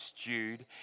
stewed